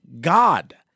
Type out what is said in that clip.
God